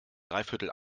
dreiviertel